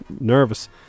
nervous